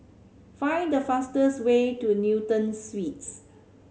find the fastest way to Newton Suites